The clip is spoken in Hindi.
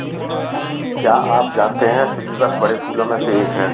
क्या आप जानते है स्रीवत बड़े फूलों में से एक है